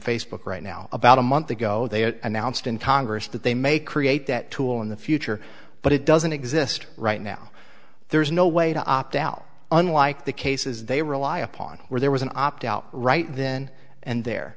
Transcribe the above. facebook right now about a month ago they announced in congress that they may create that tool in the future but it doesn't exist right now there is no way to opt out unlike the cases they rely upon where there was an opt out right then and there